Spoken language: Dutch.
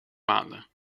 maanden